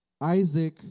Isaac